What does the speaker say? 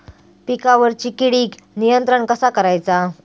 पिकावरची किडीक नियंत्रण कसा करायचा?